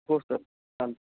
हो सर चाल